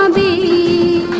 ah the